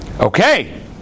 Okay